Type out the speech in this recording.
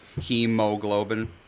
hemoglobin